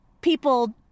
people